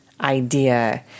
idea